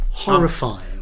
horrifying